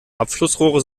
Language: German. abflussrohre